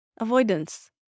avoidance